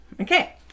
Okay